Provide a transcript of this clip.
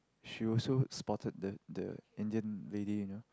she also spotted the the Indian lady you know